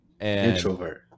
Introvert